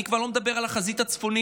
אני כבר לא מדבר על החזית הצפונית.